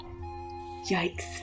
Yikes